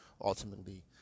ultimately